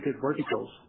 verticals